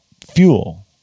fuel